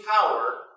power